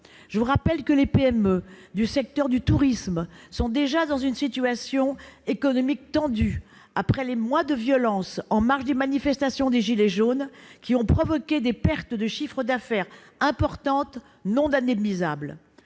Je vous rappelle que les PME du secteur du tourisme sont déjà dans une situation économique tendue après les mois de violences en marge des manifestations des « gilets jaunes », lesquelles ont provoqué des pertes de chiffre d'affaires importantes et non indemnisables.